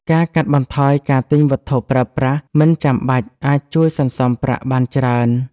ការកាត់បន្ថយការទិញវត្ថុប្រើប្រាស់មិនចាំបាច់អាចជួយសន្សំប្រាក់បានច្រើន។